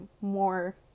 more